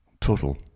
total